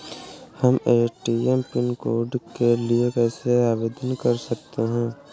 हम ATM pin code के लिए कैसे आवेदन कर सकते हैं?